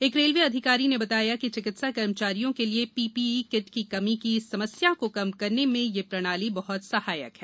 एक रेलवे अधिकारी ने बताया कि चिकित्सा कर्मचारियों के लिए पीपीई किट की कमी की समस्या को कम करने में यह प्रणाली बहुत सहायक है